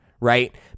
right